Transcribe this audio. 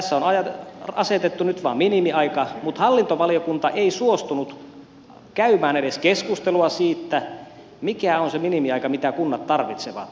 tässä on asetettu nyt vain minimiaika mutta hallintovaliokunta ei suostunut käymään edes keskustelua siitä mikä on se minimiaika mitä kunnat tarvitsevat